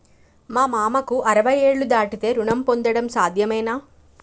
మా మామకు అరవై ఏళ్లు దాటితే రుణం పొందడం సాధ్యమేనా?